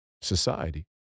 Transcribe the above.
society